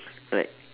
like